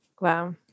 Wow